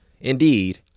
indeed